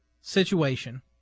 situation